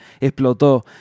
explotó